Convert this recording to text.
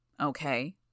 Okay